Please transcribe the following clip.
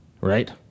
Right